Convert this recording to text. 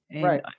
Right